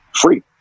free